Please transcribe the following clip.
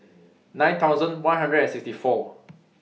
nine thousand one hundred and sixty four